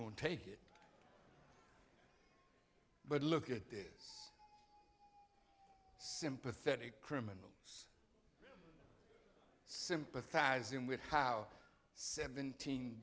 won't take it but look at this sympathetic criminal sympathizing with how seventeen